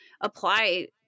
apply